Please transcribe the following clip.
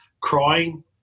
crying